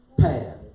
path